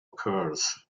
occurs